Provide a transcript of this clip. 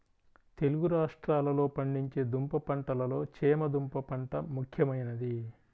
తెలుగు రాష్ట్రాలలో పండించే దుంప పంటలలో చేమ దుంప పంట ముఖ్యమైనది